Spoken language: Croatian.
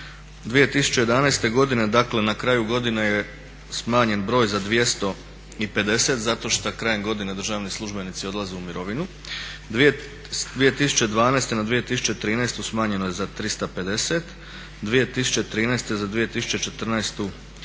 2011.godine dakle na kraju godine je smanjen broj za 250 zato što krajem godine državni službenici odlaze u mirovinu. 2012.na 2013.smanjeno je za 350, 2013.za 2014.za